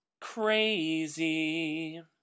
crazy